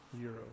euro